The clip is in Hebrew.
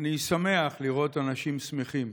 אני שמח לראות אנשים שמחים.